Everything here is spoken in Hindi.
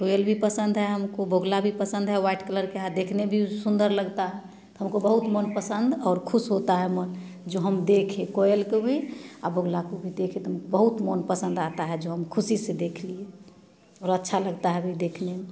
कोयल भी पसंद है हमको बोगला भी पसंद है वाइट कलर का है देखने भी सुंदर लगता हमको बहुत मनपसंद और खुश होता है मन जो हम देखें कोयल को भी और बोगला को देखें तो भी बहुत मनपसंद आता है जो हम खुशी से देख लिए और अच्छा लगता है भी देखने में